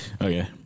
Okay